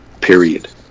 period